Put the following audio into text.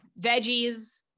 veggies